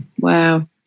Wow